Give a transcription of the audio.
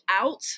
out